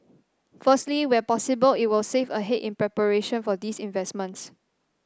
firstly where possible it will save ahead in preparation for these investments